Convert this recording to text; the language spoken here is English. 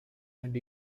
and